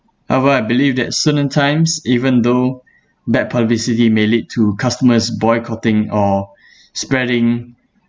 however I believe that certain times even though bad publicity may lead to customers boycotting or spreading